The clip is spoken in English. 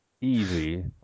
easy